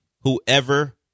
whoever